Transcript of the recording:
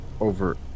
over